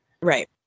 Right